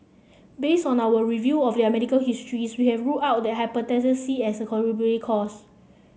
based on our review of their medical histories we have ruled out their Hepatitis C as a contributing cause